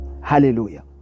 Hallelujah